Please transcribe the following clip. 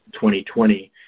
2020